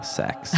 sex